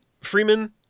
Freeman